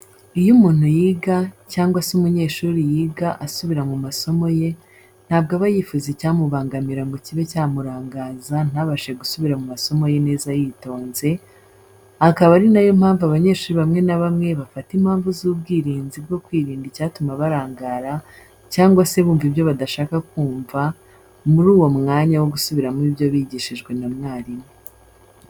Iyo umuntu yiga cyangwa se umunyeshuri yiga asubira mu masomo ye, ntabwo aba yifuza icyamubangamira ngo kibe cyamurangaza ntabashe gusubira mu masomo ye neza yitonze, akaba ari na yo mpamvu abanyeshuri bamwe na bamwe bafata impamvu z'ubwirinzi bwo kwirinda icyatuma barangara cyangwa se bumva ibyo badashaka kumva muri uwo mwanya wo gusubiramo ibyo bigishijwe na mwarimu.